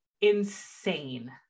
insane